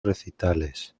recitales